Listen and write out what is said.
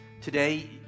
Today